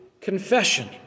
confession